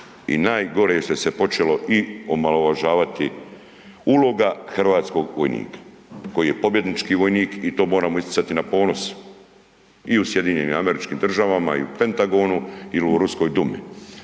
i najgore što se je počelo i omalovažavati uloga hrvatskog vojnika koji je pobjednički vojnik i to moramo isticati na ponos i u SAD-u i u Pentagonu ili u ruskoj Dumi.